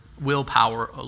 willpower